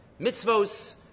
mitzvos